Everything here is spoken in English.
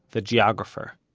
the geographer